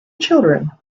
children